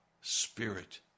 spirit